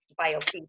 biofeedback